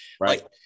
Right